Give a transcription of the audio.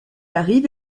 arrive